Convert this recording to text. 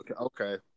okay